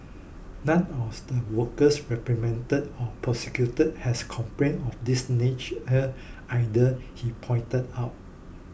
none of the workers repatriated or prosecuted had complaints of this nature either he pointed out